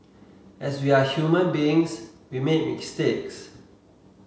as we are human beings we make mistakes